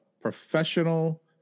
professional